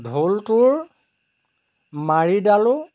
ঢোলটোৰ মাৰিডালো